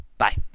Bye